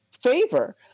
favor